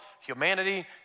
Humanity